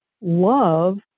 love